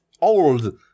old